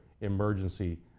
emergency